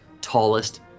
tallest